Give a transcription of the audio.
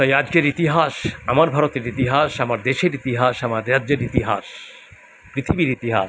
তাই আজকের ইতিহাস আমার ভারতের ইতিহাস আমার দেশের ইতিহাস আমার রাজ্যের ইতিহাস পৃথিবীর ইতিহাস